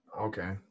Okay